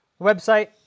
Website